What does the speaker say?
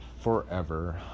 forever